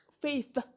Faith